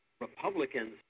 Republicans